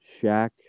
Shaq